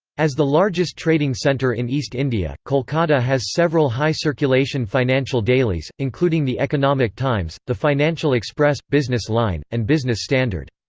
as the largest trading centre in east india, kolkata has several high-circulation financial dailies, including including the economic times, the financial express, business line, and business standard.